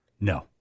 No